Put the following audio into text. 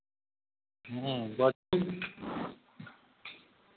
ह्म्म बतबू